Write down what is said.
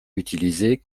utilisés